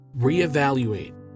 Reevaluate